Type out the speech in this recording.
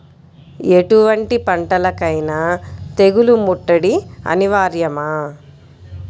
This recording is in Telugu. ఎటువంటి పంటలకైన తెగులు ముట్టడి అనివార్యమా?